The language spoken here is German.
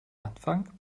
anfang